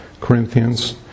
Corinthians